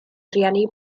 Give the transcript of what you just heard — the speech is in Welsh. rieni